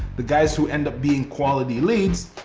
the guys who end up being quality leads,